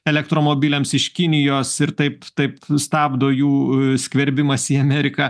elektromobiliams iš kinijos ir taip taip sustabdo jų skverbimąsi į ameriką